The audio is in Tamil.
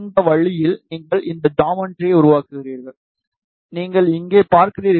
இந்த வழியில் நீங்கள் இந்த ஜாமெட்ரியை உருவாக்குவீர்கள் நீங்கள் இங்கே பார்க்கிறீர்கள்